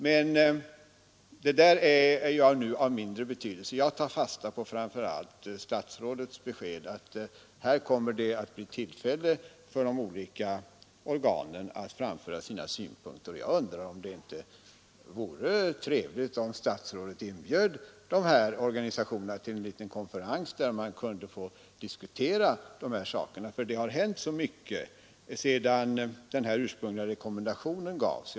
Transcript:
Men detta är ju nu av mindre betydelse. Jag tar framför allt fasta på statsrådets besked att det kommer att bli tillfälle för de olika organen att framföra sina synpunkter. Och jag undrar ifall det inte vore trevligt om statsrådet inbjöd organisationerna till en konferens, där man kunde få diskutera dessa saker, för det har hänt så mycket sedan den ursprungliga rekommendationen gavs.